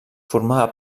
formava